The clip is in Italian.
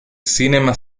cinema